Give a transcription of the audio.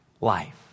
life